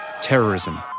Terrorism